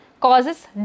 causes